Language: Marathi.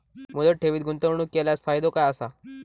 मुदत ठेवीत गुंतवणूक केल्यास फायदो काय आसा?